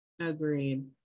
Agreed